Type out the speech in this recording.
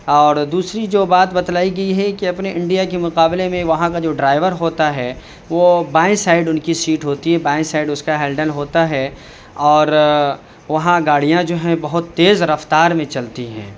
اور دوسری جو بات بتلائی گئی ہے کہ اپنے انڈیا کے مقابلے میں وہاں کا جو ڈرائیور ہوتا ہے وہ بائیں سائڈ ان کی سیٹ ہوتی ہے بائیں سائڈ اس کا ہینڈل ہوتا ہے اور وہاں گاڑیاں جو ہیں بہت تیز رفتار میں چلتی ہیں